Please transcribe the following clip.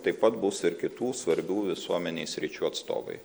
taip pat bus ir kitų svarbių visuomenei sričių atstovai